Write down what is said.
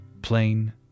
plain